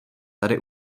tady